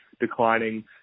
declining